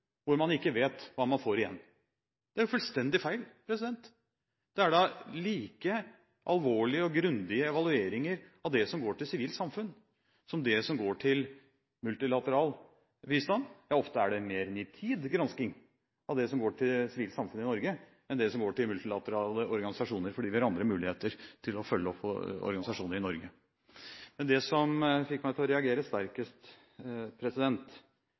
hvor man ikke vet hva man får igjen. Det er fullstendig feil. Det er da like alvorlige og grundige evalueringer av det som går til sivilt samfunn, som det som går til multilateral bistand. Ja, ofte er det mer nitid gransking av det som går til sivilt samfunn i Norge, enn det som går til multilaterale organisasjoner, fordi vi har andre muligheter til å følge opp organisasjoner i Norge. Men det som fikk meg til å reagere sterkest,